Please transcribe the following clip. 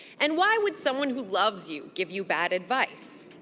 and why would someone who loves you give you bad advice?